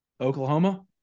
Oklahoma